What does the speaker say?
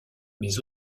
mais